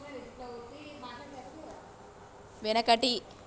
వెనకటి